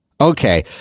okay